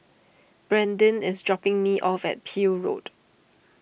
Brandyn is dropping me off at Peel Road